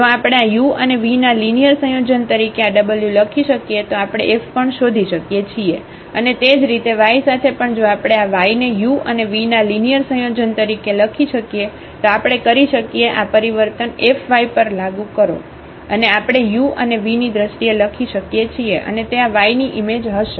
જો આપણે આ u અને v ના લિનિયર સંયોજન તરીકે આ w લખી શકીએ તો આપણે F પણ શોધી શકીએ છીએ અને તે જ રીતે y સાથે પણ જો આપણે આ y ને u અને v ના લિનિયર સંયોજન તરીકે લખી શકીએ તો આપણે કરી શકીએ આ પરિવર્તન F y પર લાગુ કરો અને આપણે u અને v ની દ્રષ્ટિએ લખી શકીએ છીએ અને તે આ y ની ઈમેજ હશે